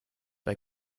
bei